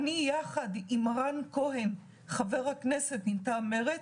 אני יחד עם חבר הכנסת לשעבר רן כהן מטעם מרצ